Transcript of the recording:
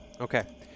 Okay